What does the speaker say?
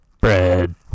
Bread